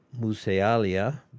Musealia